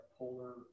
polar